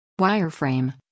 Wireframe